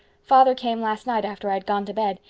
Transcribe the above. father came last night after i had gone to bed.